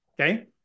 okay